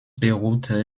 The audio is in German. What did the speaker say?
beruhte